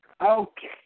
Okay